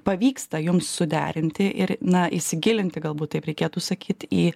pavyksta jums suderinti ir na įsigilinti galbūt taip reikėtų sakyt į